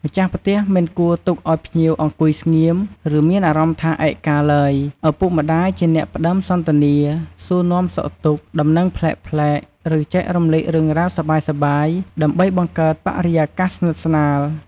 ម្ចាស់ផ្ទះមិនគួរទុកឲ្យភ្ញៀវអង្គុយស្ងៀម ឬមានអារម្មណ៍ថាឯកកាឡើយ ឪពុកម្ដាយជាអ្នកផ្ដើមសន្ទនា សួរនាំសុខទុក្ខ ដំណឹងប្លែកៗ ឬចែករំលែករឿងរ៉ាវសប្បាយៗ ដើម្បីបង្កើតបរិយាកាសស្និទ្ធស្នាល។